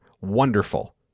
Wonderful